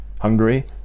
Hungary